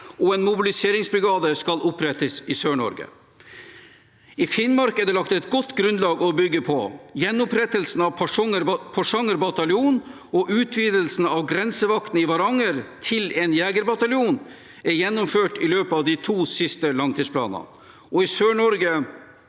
og en mobiliseringsbrigade skal opprettes i Sør-Norge. I Finnmark er det lagt et godt grunnlag å bygge på. Gjenopprettelse av Porsanger bataljon og utvidelsen av grensevakten i Varanger til en jegerbataljon er gjennomført i løpet av de to siste langtidsplanene, og i Sør-Norge